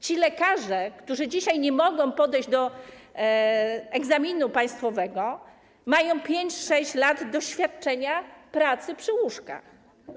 Ci lekarze, którzy dzisiaj nie mogą podejść do egzaminu państwowego, mają 5–6 lat doświadczenia w pracy przy łóżkach.